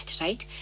right